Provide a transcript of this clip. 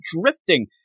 drifting